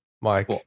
Mike